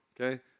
okay